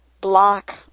block